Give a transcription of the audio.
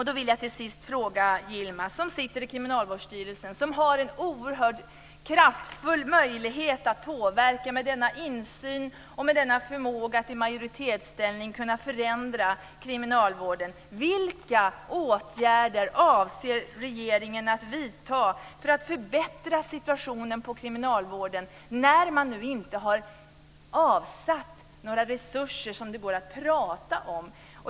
Då vill jag till sist fråga Yilmaz, som sitter i Kriminalvårdsstyrelsen och har en oerhört kraftfull möjlighet att med denna insyn och denna förmåga till majoritetsställning kunna påverka och förändra kriminalvården: Vilka åtgärder avser regeringen att vidta för att förbättra situationen i kriminalvården när man nu inte har avsatt några resurser som det går att prata om?